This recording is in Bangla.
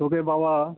তবে বাবা